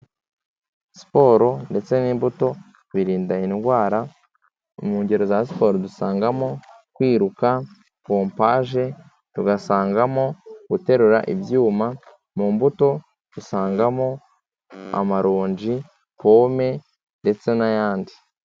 Siporo ndetse n'imbuto birinda indwara, mu ngero za siporo dusangamo kwiruka, pompaje, tugasangamo: Guterura ibyuma, mu mbuto dusangamo: Amaronji, pome ndetse n'ayandi.